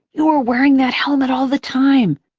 you were wearing that helmet all the time.